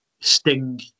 Sting